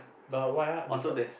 but why ah the sort